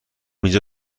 اینجا